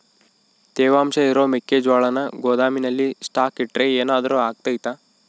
ತೇವಾಂಶ ಇರೋ ಮೆಕ್ಕೆಜೋಳನ ಗೋದಾಮಿನಲ್ಲಿ ಸ್ಟಾಕ್ ಇಟ್ರೆ ಏನಾದರೂ ಅಗ್ತೈತ?